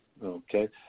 Okay